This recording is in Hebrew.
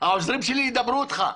העוזרים שלי ידברו איתך.